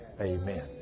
Amen